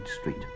street